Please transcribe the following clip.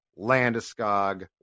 Landeskog